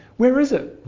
where is it?